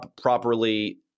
properly